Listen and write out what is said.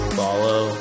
follow